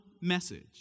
message